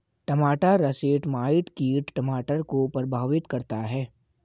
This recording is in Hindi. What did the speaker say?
टमाटर रसेट माइट कीट टमाटर को प्रभावित करता है